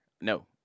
No